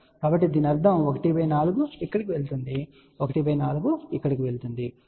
కాబట్టి దీని అర్థం ¼ ఇక్కడకు వెళుతోంది ¼ ఇక్కడకు వెళుతోంది సరే